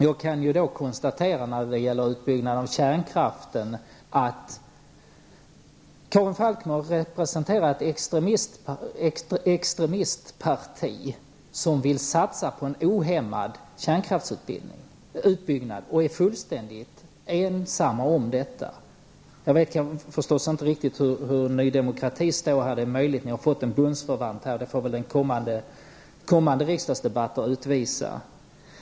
Jag kan när det gäller utbyggnad av kärnkraft konstatera att Karin Falkmer representerar ett extremistparti, som vill satsa på en ohämmad kärnkraftsutbyggnad och är fullständigt ensamt om detta. Jag vet förstås inte riktigt var Ny Demokrati står. Det är möjligt att ni har fått en bundsförvant. Det får kommande riksdagsdebatter utvisa.